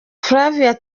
flavia